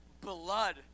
blood